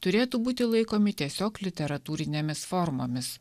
turėtų būti laikomi tiesiog literatūrinėmis formomis